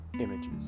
images